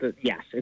yes